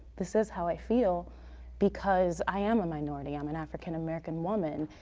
this is how i feel because i am a minority, i'm an african american woman,